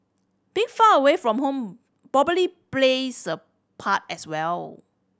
being far away from home plays a part as well